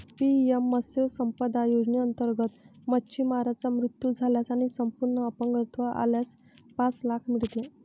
PM मत्स्य संपदा योजनेअंतर्गत, मच्छीमाराचा मृत्यू झाल्यास आणि संपूर्ण अपंगत्व आल्यास पाच लाख मिळते